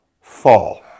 fall